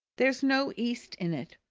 there's no east in it.